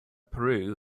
peru